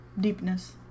deepness